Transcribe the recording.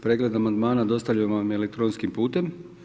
Pregled amandmana dostavljen vam je elektronskim putem.